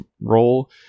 role